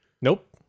nope